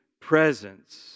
presence